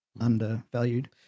undervalued